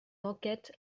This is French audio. d’enquête